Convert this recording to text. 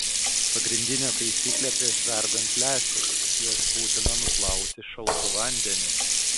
pagrindinė taisyklė prieš verdant lęšius juos būtina nuplauti šaltu vandeniu